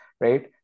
right